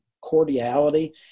cordiality